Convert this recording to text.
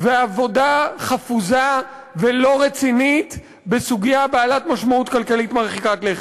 ועבודה חפוזה ולא רצינית בסוגיה בעלת משמעות כלכלית מרחיקת לכת.